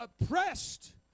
oppressed